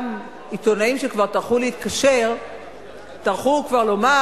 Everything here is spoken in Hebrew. שאותם עיתונאים שכבר טרחו להתקשר טרחו כבר לומר: